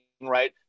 right